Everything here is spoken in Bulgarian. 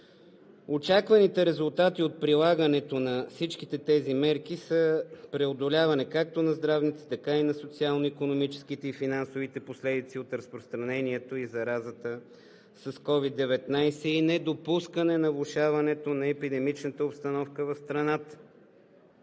Очакваните резултати от прилагането на всичките тези мерки са преодоляване както на здравните, така и на социално-икономическите и финансовите последици от разпространението и заразата с COVID-19 и недопускане влошаването на епидемичната обстановка в страната.